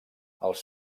els